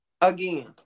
Again